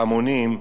ההמונים,